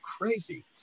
crazy